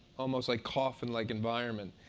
almost like coffin-like environment.